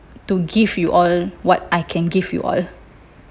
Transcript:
to give you all what I can give you all